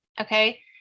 okay